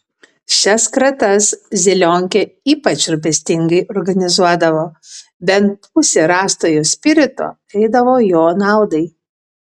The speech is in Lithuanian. šias kratas zelionkė ypač rūpestingai organizuodavo bent pusė rastojo spirito eidavo jo naudai